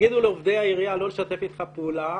יגידו לעובדי העירייה לא לשתף אתך פעולה,